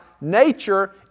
nature